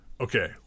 Okay